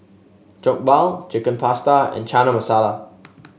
Jokbal Chicken Pasta and Chana Masala